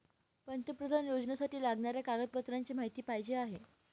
पंतप्रधान योजनेसाठी लागणाऱ्या कागदपत्रांची माहिती पाहिजे आहे